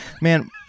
Man